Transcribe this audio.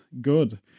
good